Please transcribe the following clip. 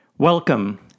Welcome